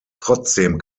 trotzdem